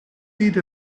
byd